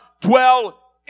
dwell